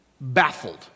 baffled